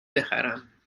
بخرم